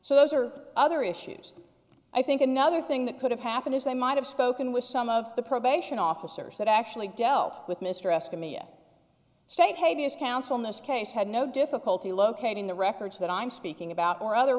so those are other issues i think another thing that could have happened is they might have spoken with some of the probation officers that actually dealt with mr escott mia stadiums counsel in this case had no difficulty locating the records that i'm speaking about or other